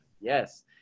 Yes